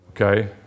Okay